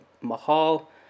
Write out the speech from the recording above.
mahal